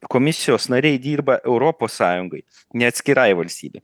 komisijos nariai dirba europos sąjungai ne atskirai valstybei